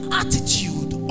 attitude